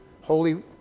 Holy